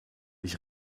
ich